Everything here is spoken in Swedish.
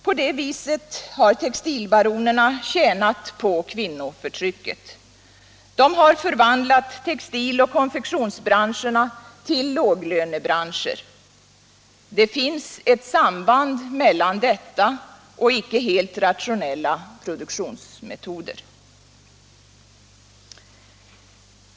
På det viset har textilbaronerna tjänat på kvinnoförtrycket. De har förvandlat textiloch konfektionsbranscherna till låglönebranscher. Det finns ett samband mellan detta och icke helt rationella produktionsmetoder.